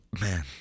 Man